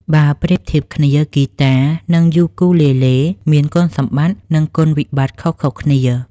បើប្រៀបធៀបគ្នា ហ្គីតា និងយូគូលេលេមានគុណសម្បត្តិ និងគុណវិបត្តិខុសៗគ្នា។